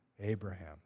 Abraham